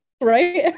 Right